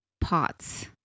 pots